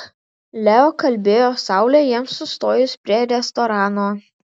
leo kalbėjo saulė jiems sustojus prie restorano